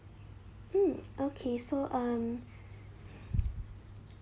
mm okay so um